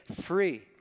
free